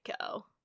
go